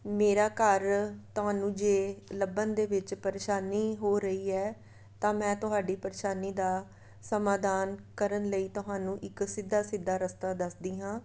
ਮੇਰਾ ਘਰ ਤੁਹਾਨੂੰ ਜੇ ਲੱਭਣ ਦੇ ਵਿੱਚ ਪਰੇਸ਼ਾਨੀ ਹੋ ਰਹੀ ਹੈ ਤਾਂ ਮੈਂ ਤੁਹਾਡੀ ਪਰੇਸ਼ਾਨੀ ਦਾ ਸਮਾਧਾਨ ਕਰਨ ਲਈ ਤੁਹਾਨੂੰ ਇੱਕ ਸਿੱਧਾ ਸਿੱਧਾ ਰਸਤਾ ਦੱਸਦੀ ਹਾਂ